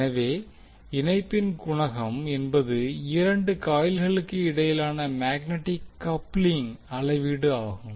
எனவே இணைப்பின் குணகம் என்பது இரண்டு காயில்களுக்கு இடையிலான மேக்னட்டிக் கப்லிங்கின் அளவீடு ஆகும்